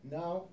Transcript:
now